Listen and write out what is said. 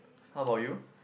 how about you